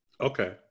Okay